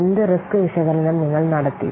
എന്ത് റിസ്ക് വിശകലനം നിങ്ങൾ നടത്തി